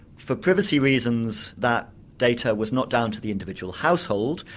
for privacy reasons that data was not down to the individual household,